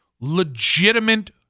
legitimate